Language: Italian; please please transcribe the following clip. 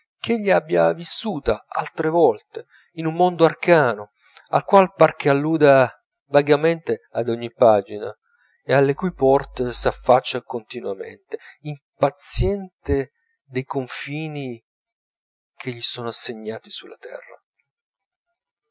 arcana ch'egli abbia vissuta altre volte in un mondo arcano al quale par che alluda vagamente ad ogni pagina e alle cui porte s'affaccia continuamente impaziente dei confini che gli sono assegnati sulla terra